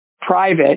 private